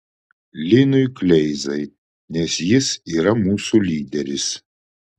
linui kleizai nes jis yra mūsų lyderis